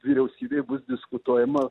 vyriausybėj bus diskutuojama